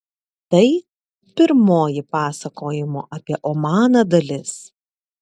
tai pirmoji pasakojimo apie omaną dalis